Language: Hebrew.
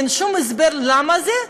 אין שום הסבר למה זה,